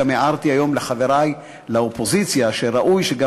גם הערתי היום לחברי לאופוזיציה שראוי שגם